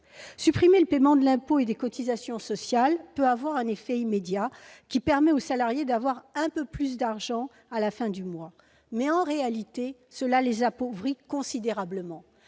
Supprimer l'impôt et les cotisations sociales peut avoir un effet immédiat et permettre aux salariés d'avoir un peu plus d'argent à la fin du mois. Mais, en réalité, cela les appauvrit considérablement.